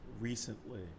Recently